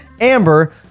Amber